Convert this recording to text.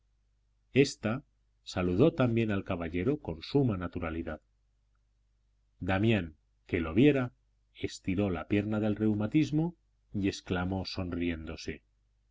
ésta saludó también al caballero con suma naturalidad damián que lo viera estiró la pierna del reumatismo y exclamó sonriéndose